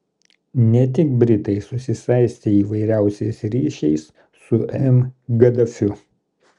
ne tik britai susisaistė įvairiausiais ryšiais su m gaddafiu